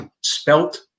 spelt